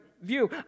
view